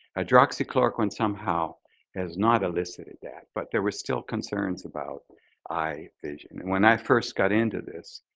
hydroxychloroquine somehow has not elicited that but there were still concerns about eye, vision. and when i first got into this,